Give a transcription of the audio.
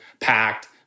packed